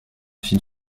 fit